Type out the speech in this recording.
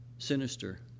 Sinister